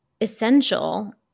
essential